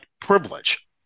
privilege